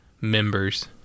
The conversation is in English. members